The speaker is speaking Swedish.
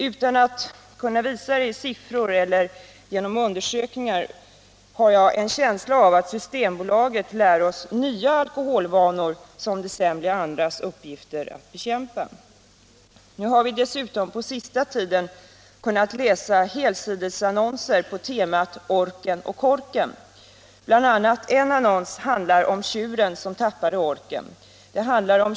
Utan att kunna visa det i siffror eller genom undersökningar har jag en känsla av att Systembolaget lär oss nya alkoholvanor, som det sedan blir andras uppgift att bekämpa. Nu har vi dessutom på senaste tiden kunnat läsa helsidesannonser på temat orken och korken. En annons handlar bl.a. om tjuren som tappade orken.